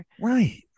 Right